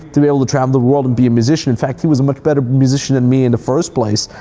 to be able to travel the world and be a musician. in fact, he was a much better musician than me in the first place.